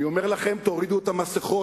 אני אומר לכם: תורידו את המסכות,